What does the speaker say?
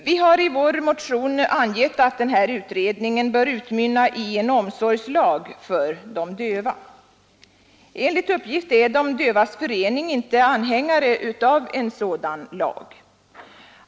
Vi har i vår motion angivit att denna utredning bör utmynna i en omsorgslag för de döva Enligt uppgift är De dövas förening inte anhängare av en sådan lag.